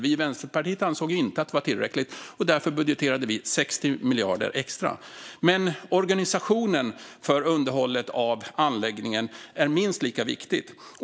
Vi i Vänsterpartiet ansåg inte att det var tillräckligt, och därför budgeterade vi 60 miljarder extra. Men organisationen för underhållet av anläggningen är minst lika viktig.